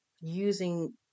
using